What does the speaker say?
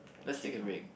let's take a break